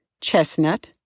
Chestnut